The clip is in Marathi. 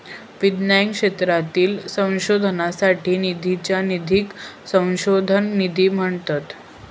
विज्ञान क्षेत्रातील संशोधनासाठी निधीच्या निधीक संशोधन निधी म्हणतत